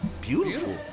beautiful